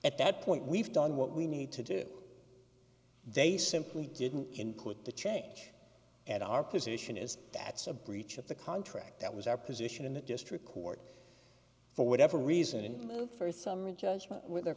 at that point we've done what we need to do they simply didn't include the change at our position is that sabrina each of the contract that was our position in the district court for whatever reason and for summary judgment with the